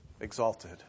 exalted